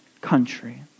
country